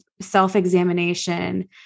self-examination